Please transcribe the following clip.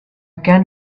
can